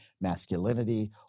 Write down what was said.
masculinity